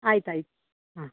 ಆಯ್ತು ಆಯ್ತು ಹಾಂ